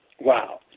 wow